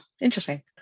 Interesting